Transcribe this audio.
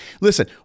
listen